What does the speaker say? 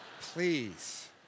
Please